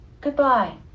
Goodbye